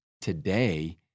today